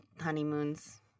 honeymoons